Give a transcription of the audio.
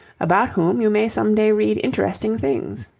about whom you may some day read interesting things.